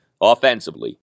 offensively